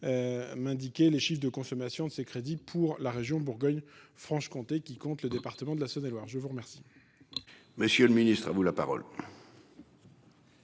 M'indiquer les chiffres de consommation de ces crédits pour la région Bourgogne Franche-Comté qui compte. Le département de la Saône-et-Loire, je vous remercie.